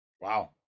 wow